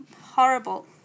horrible